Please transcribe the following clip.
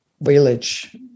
village